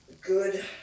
good